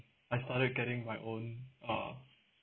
I started getting my own uh